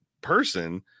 person